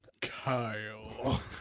Kyle